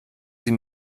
sie